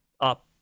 up